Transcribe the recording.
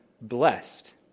blessed